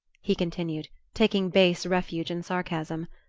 he continued, taking base refuge in sarcasm.